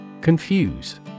Confuse